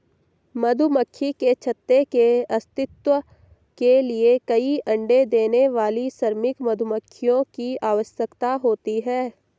मधुमक्खी के छत्ते के अस्तित्व के लिए कई अण्डे देने वाली श्रमिक मधुमक्खियों की आवश्यकता होती है